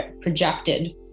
projected